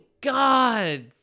God